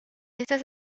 estas